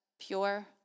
pure